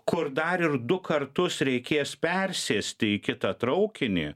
kur dar ir du kartus reikės persėsti į kitą traukinį